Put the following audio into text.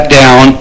down